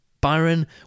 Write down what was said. Byron